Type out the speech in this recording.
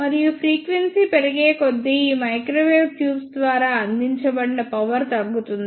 మరియు ఫ్రీక్వెన్సీ పెరిగేకొద్దీ ఈ మైక్రోవేవ్ ట్యూబ్స్ ద్వారా అందించబడిన పవర్ తగ్గుతుంది